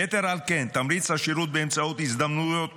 יתר על כן, תמריץ השירות באמצעות הזדמנויות